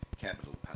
capital